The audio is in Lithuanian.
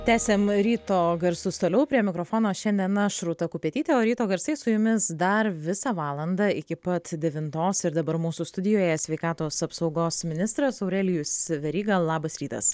tęsiam ryto garsus toliau prie mikrofono šiandien aš rūta kupetytė o ryto garsai su jumis dar visą valandą iki pat devintos ir dabar mūsų studijoje sveikatos apsaugos ministras aurelijus veryga labas rytas